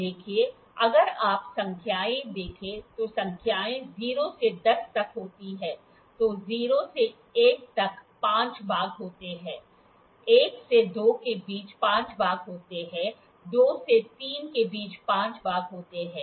देखिए अगर आप संख्याएँ देखें तो संख्याएँ 0 से 10 तक होती हैं तो 0 से 1 तक 5 भाग होते हैं 1 से 2 के बीच 5 भाग होते हैं 2 से 3 के बीच 5 भाग होते हैं